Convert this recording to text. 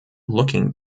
looking